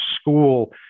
school